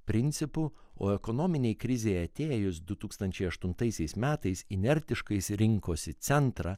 principų o ekonominei krizei atėjus du tūkstančiai aštuntaisiais metais inertiškais rinkosi centrą